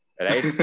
Right